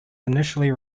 initially